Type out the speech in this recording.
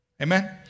Amen